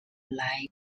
like